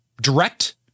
direct